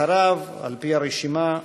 אחריו, על-פי הרשימה,